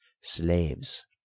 slaves